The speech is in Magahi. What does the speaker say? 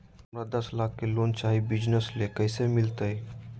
हमरा दस लाख के लोन चाही बिजनस ले, कैसे मिलते?